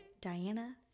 Diana